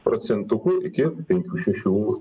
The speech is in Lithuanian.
procentukų iki penkių šešių